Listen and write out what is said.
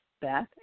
Beth